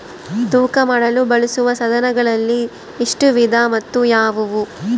ತೂಕ ಮಾಡಲು ಬಳಸುವ ಸಾಧನಗಳಲ್ಲಿ ಎಷ್ಟು ವಿಧ ಮತ್ತು ಯಾವುವು?